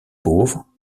pauvre